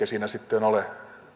siinä sitten ole